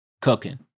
cooking